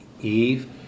Eve